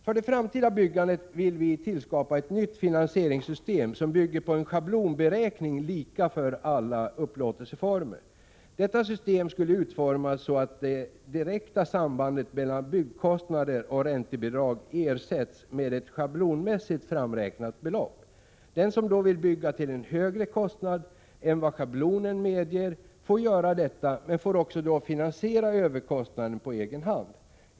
För det framtida byggandet vill vi tillskapa ett nytt finansieringssystem som bygger på en schablonberäkning, lika för alla upplåtelseformer. Detta system skulle utformas så att det direkta sambandet mellan byggkostnader och räntebidrag ersattes med ett schablonmässigt framräknat belopp. Den som då vill bygga till en högre kostnad än vad schablonen medger får göra detta men får också då finansiera överkostnaden på egen hand.